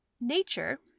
Nature